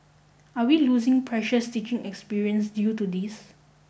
are we losing precious teaching experience due to this